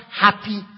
happy